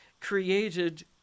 created